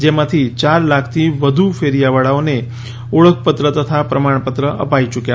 જેમાંથી ચાર લાખથી વધુ ફેરીયાવાળાઓને ઓળખપત્ર તથા પ્રમાણપત્ર અપાઈ યૂક્યા છે